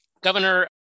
Governor